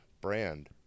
brand